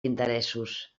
interessos